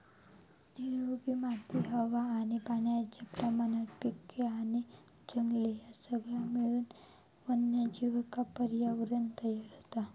निरोगी माती हवा आणि पाण्याच्या प्रमाणात पिके आणि जंगले ह्या सगळा मिळून वन्यजीवांका पर्यावरणं तयार होता